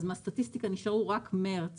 אז מהסטטיסטיקה נשארו רק מרץ